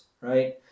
right